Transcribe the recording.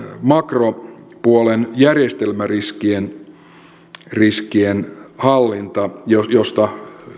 makropuolen järjestelmäriskien hallinta josta josta